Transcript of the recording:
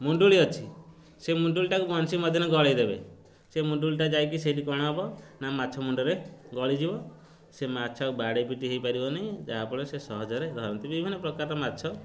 ମୁଣ୍ଡୁଳି ଅଛି ସେ ମୁଣ୍ଡୁଳିଟାକୁ ବନିସୀ ମଝିରେ ଗଳାଇ ଦେବେ ସେ ମୁଣ୍ଡୁଳିଟା ଯାଇକି ସେଇଠି କ'ଣ ହେବ ନା ମାଛ ମୁଣ୍ଡରେ ଗଳିଯିବ ସେ ମାଛ ବାଡ଼େଇ ପିଟି ହେଇ ପାରିବନି ଯାହାଫଳରେ ସେ ସହଜରେ ଧରନ୍ତି ବିଭିନ୍ନ ପ୍ରକାର ମାଛ